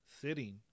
sitting